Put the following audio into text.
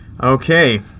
Okay